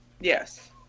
Yes